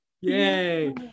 Yay